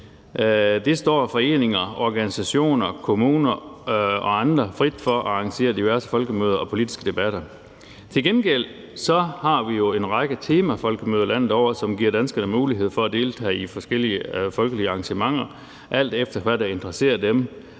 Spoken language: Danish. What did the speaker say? Det står foreninger, organisationer, kommuner og andre frit for at arrangere diverse folkemøder og politiske debatter. Til gengæld har vi jo en række temafolkemøder landet over, som giver danskerne mulighed for at deltage i forskellige folkelige arrangementer, alt efter hvad der interesserer dem